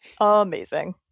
amazing